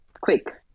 quick